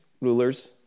rulers